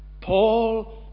Paul